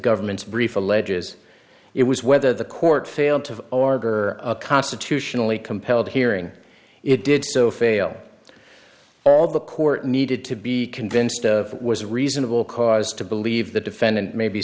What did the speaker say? alleges it was whether the court failed to order a constitutionally compelled hearing it did so fail all the court needed to be convinced of was reasonable cause to believe the defendant may be